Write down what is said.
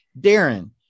Darren